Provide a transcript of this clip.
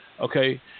okay